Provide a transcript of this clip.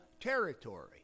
territory